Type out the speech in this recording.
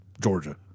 Georgia